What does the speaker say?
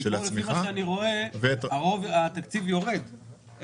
לפי מה שאני רואה, רוב התקציב יורד.